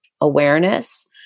awareness